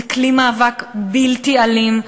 זה כלי מאבק בלתי אלים,